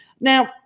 Now